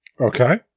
Okay